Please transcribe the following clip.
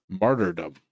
martyrdom